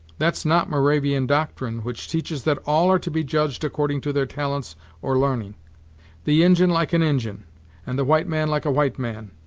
that's not moravian doctrine, which teaches that all are to be judged according to their talents or l'arning the injin like an injin and the white man like a white man.